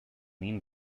mean